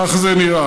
כך זה נראה.